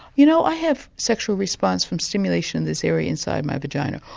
you know, i have sexual response from stimulation in this area inside my vagina'.